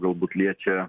galbūt liečia